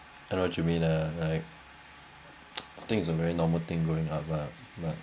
I know what you mean ah right I think it's a very normal thing going up lah but